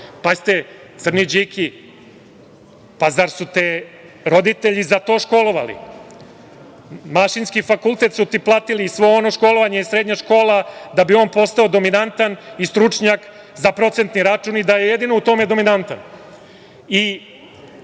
Crni Điki, pa zar su te roditelji za to školovali? Mašinski fakultet su ti platili i svo ono školovanje, srednja škola, da bi on postao dominantan i stručnjak za procentni račun i da je jedino u tome dominantan i